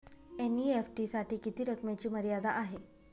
NEFT साठी किती रकमेची मर्यादा आहे?